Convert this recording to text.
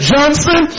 Johnson